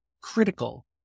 critical